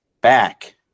Back